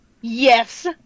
Yes